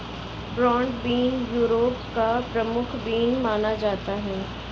broad bean Europe का प्रमुख bean माना जाता है